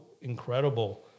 incredible